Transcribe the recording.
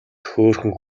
хөөрхөн